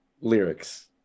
lyrics